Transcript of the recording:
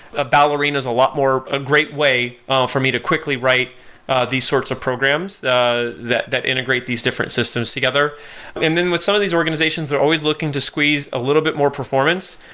ah ballerina's a lot more a great way for me to quickly write these sorts of programs that that integrate these different systems together and then with some of these organizations, they're always looking to squeeze a little bit more performance,